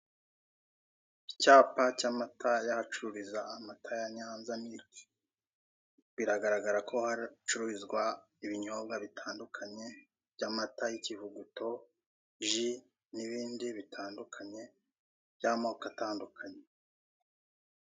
Icyapa cy'amata y'ahacururizwa amata ya Nyanza miriki, biragaragara ko hacururizwa ibinyobwa bitandukanye by'amata y'ikivuguto, ji n'ibindi bitandukanye by'amoko atandukanye.